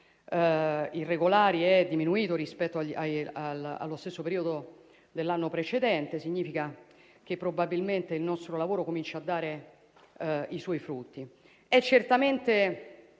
irregolari è diminuito rispetto allo stesso periodo dell'anno precedente; significa che probabilmente il nostro lavoro comincia a dare i suoi frutti. È certamente